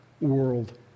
world